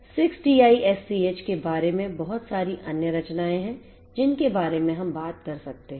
6TiSCH के बारे में बहुत सारी अन्य रचनायें हैं जिनके बारे में हम बात कर सकते हैं